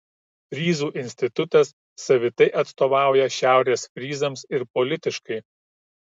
fryzų institutas savitai atstovauja šiaurės fryzams ir politiškai